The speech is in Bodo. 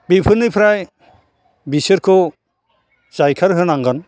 बेफोरनिफ्राय बिसोरखौ जायखार होनांगोन